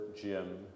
Jim